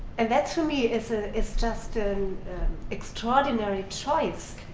and that to me is ah is just an extraordinary choice.